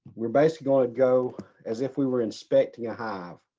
we're basically going to go as if we were expecting a hive.